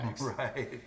right